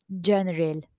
general